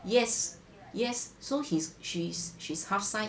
yes yes so he's she's she's half side